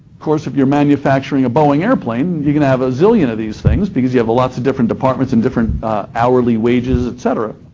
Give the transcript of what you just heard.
course if you're manufacturing a boeing airplane, you're going to have a zillion of these things because you have lots of different departments and different hourly wages, etc,